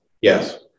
Yes